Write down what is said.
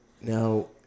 Now